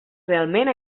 realment